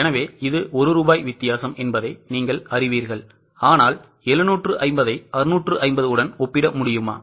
எனவே இது 1 ரூபாய் வித்தியாசம் என்பதை நீங்கள் அறிவீர்கள் ஆனால் 750 ஐ 650 உடன் ஒப்பிட முடியுமா